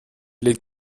legt